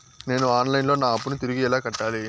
నేను online లో నా అప్పును తిరిగి ఎలా కట్టాలి?